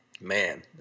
man